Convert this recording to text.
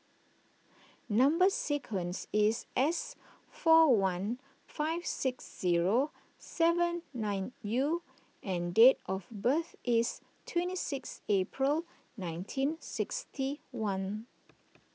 Number Sequence is S four one five six zero seven nine U and date of birth is twenty six April nineteen sixty one